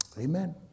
Amen